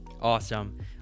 Awesome